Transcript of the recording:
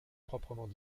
proprement